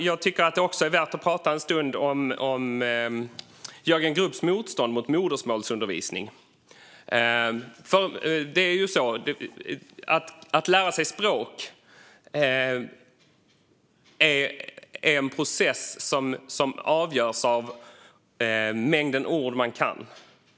Jag tycker att det också är värt att prata en stund om Jörgen Grubbs motstånd till modersmålsundervisning. Att lära sig språk är en process som avgörs av mängden ord man kan.